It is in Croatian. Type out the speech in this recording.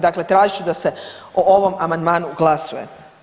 Dakle tražit ću da se o ovom amandmanu glasuje.